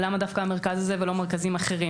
למה דווקא המרכז הזה ולא מרכזים אחרים,